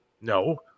No